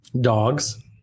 Dogs